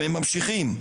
והם ממשיכים: